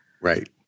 Right